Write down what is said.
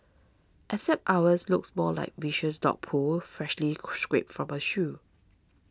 except ours looked more like viscous dog poop freshly scraped from a shoe